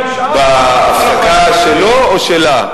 בהפסקה שלו או שלה?